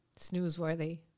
Snoozeworthy